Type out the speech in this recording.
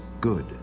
good